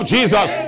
Jesus